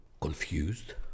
confused